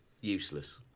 useless